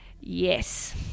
Yes